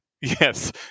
Yes